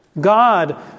God